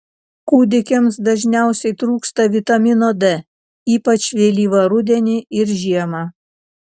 kūdikiams dažniausiai trūksta vitamino d ypač vėlyvą rudenį ir žiemą